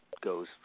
goes